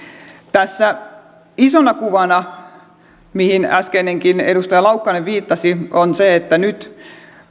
tässä isona kuvana mihin äskenkin edustaja laukkanen viittasi on se että nyt